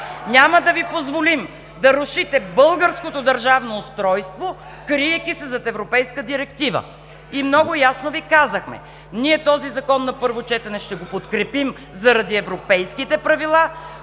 Няма да Ви позволим да рушите българското държавно устройство, криейки се зад европейска директива. Много ясно Ви казахме – ние този закон на първо четене ще го подкрепим, заради европейските правила,